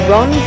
Ron